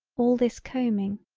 all this combing.